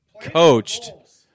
coached